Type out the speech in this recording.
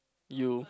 you